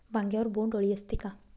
वांग्यावर बोंडअळी असते का?